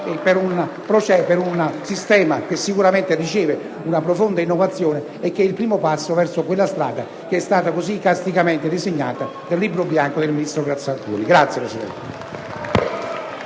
per un sistema che sicuramente riceve una profonda innovazione, ciò che è il primo passo verso la strada così icasticamente disegnata nel Libro bianco del ministro Sacconi.